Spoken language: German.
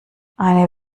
eine